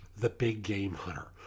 TheBigGameHunter